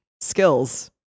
skills